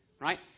right